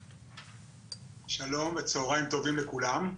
שלום וצהריים טובים לכולם.